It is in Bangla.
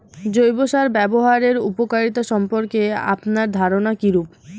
জৈব সার ব্যাবহারের উপকারিতা সম্পর্কে আপনার ধারনা কীরূপ?